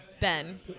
Ben